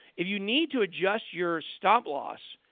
if you need to adjust your stop-loss,